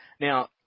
Now